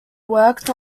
worked